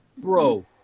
Bro